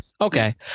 okay